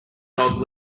dog